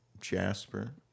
Jasper